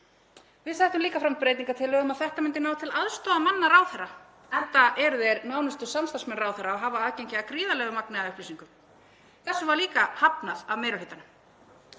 Við settum líka fram breytingartillögu um að þetta myndi ná til aðstoðarmanna ráðherra enda eru þeir nánustu samstarfsmenn ráðherra og hafa aðgengi að gríðarlegu magni af upplýsingum. Þessu var líka hafnað af meiri hlutanum.